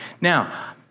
Now